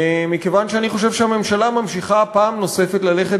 מכיוון שאני חושב שהממשלה ממשיכה פעם נוספת ללכת